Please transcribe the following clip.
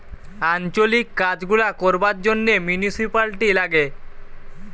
আঞ্চলিক কাজ গুলা করবার জন্যে মিউনিসিপালিটি লাগে